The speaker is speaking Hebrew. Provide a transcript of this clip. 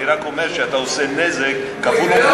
אני רק אומר שאתה עושה נזק כפול ומכופל,